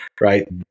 right